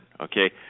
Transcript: okay